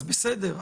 אז בסדר.